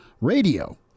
Radio